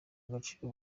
agaciro